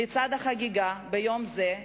לצד החגיגה ביום זה,